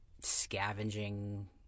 scavenging